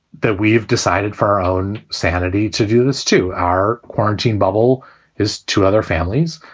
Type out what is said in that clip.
that we've decided for our own sanity to do this to our quarantine bubble is to other families.